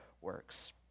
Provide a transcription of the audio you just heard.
works